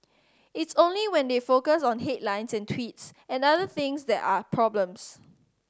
it's only when they focus on headlines and tweets and other things that are problems